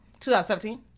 2017